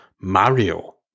Mario